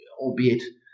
albeit